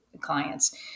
clients